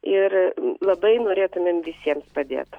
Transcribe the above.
ir labai norėtumėm visiems padėt